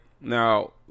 now